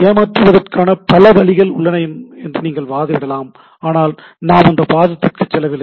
ஏமாற்றுவதற்கான பல வழிகள் உள்ளன என்று நீங்கள் வாதிடலாம் ஆனால் நாம் அந்த வாதத்திற்கு செல்லவில்லை